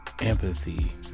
empathy